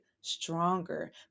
stronger